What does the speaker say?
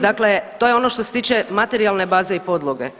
Dakle, to je ono što se tiče materijalne baze i podloge.